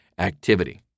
activity